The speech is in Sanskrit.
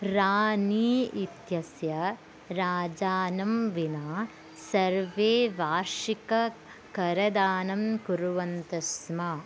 रानी इत्यस्य राजानं विना सर्वे वार्षिककरदानं कुर्वन्त स्म